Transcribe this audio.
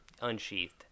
Unsheathed